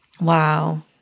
Wow